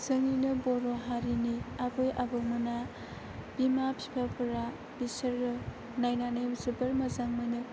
जोंनिनो बर' हारिनि आबै आबौमोना बिमा बिफाफोरा बिसोरो नायनानै जोबोर मोजां मोनो